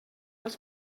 els